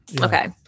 Okay